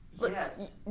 Yes